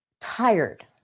tired